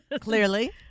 clearly